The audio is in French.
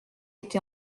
été